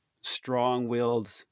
strong-willed